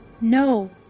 No